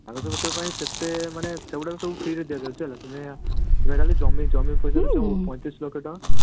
କାଗଜପତ୍ର ପାଇଁ ସେତେ ମାନେ ସେଗୁଡ଼ାକ ସବୁ ଫ୍ରୀରେ ଦିଆଯାଉଛି ହେଲା ତୁମେ ଖାଲି ଜମି ଜମି ପଇସାର ଯେଉଁ ପଇଁତିରିଶ ଲକ୍ଷ ଟଙ୍କା